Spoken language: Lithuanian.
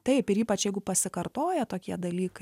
taip ir ypač jeigu pasikartoja tokie dalykai